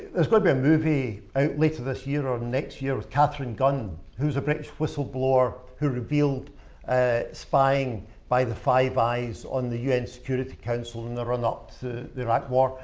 but be a movie out later this year or next year with katharine gun, who's a british whistleblower who revealed ah spying by the five eyes on the un security council in the run-up to the iraq war.